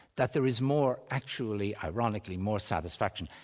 that there is more actually ironically more satisfaction,